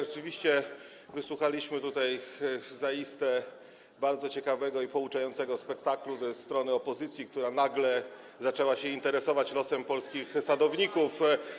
Rzeczywiście wysłuchaliśmy tutaj zaiste bardzo ciekawego i pouczającego spektaklu ze strony opozycji, która nagle zaczęła interesować się losem polskich sadowników.